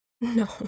No